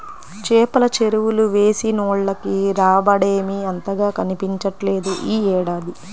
చేపల చెరువులు వేసినోళ్లకి రాబడేమీ అంతగా కనిపించట్లేదు యీ ఏడాది